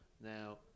Now